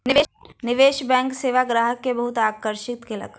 निवेश बैंक सेवा ग्राहक के बहुत आकर्षित केलक